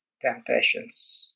temptations